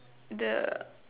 the